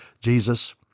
Jesus